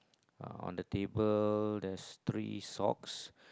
uh on the table there's three socks